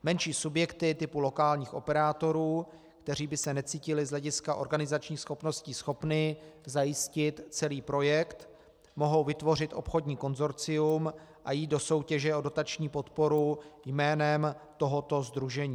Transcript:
Menší subjekty typu lokálních operátorů, které by se necítily z hlediska organizačních schopností schopny zajistit celý projekt, mohou vytvořit obchodní konsorcium a jít do soutěže o dotační podporu jménem tohoto sdružení.